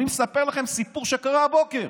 אני מספר לכם סיפור שקרה הבוקר,